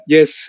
Yes